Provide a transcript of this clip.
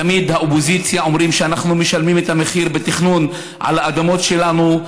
תמיד באופוזיציה אומרים: אנחנו משלמים את המחיר בתכנון על האדמות שלנו,